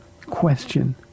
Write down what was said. question